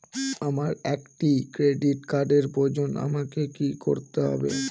আমার একটি ক্রেডিট কার্ডের প্রয়োজন আমাকে কি করতে হবে?